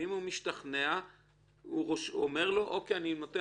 אם הוא משתכנע הוא אומר לו: אני נותן